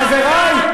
לחברַי?